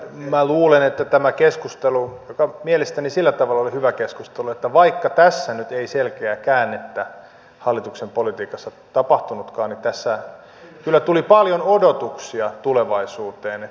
minä luulen että tämä keskustelu joka mielestäni sillä tavalla oli hyvä keskustelu että vaikka tässä nyt ei selkeää käännettä hallituksen politiikassa tapahtunutkaan niin tässä kyllä tuli paljon odotuksia tulevaisuuteen